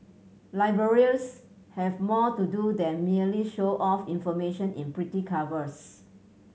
libraries have more to do than merely show off information in pretty covers